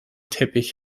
teppich